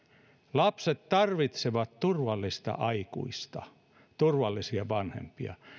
lapset tarvitsevat turvallista aikuista turvallisia vanhempia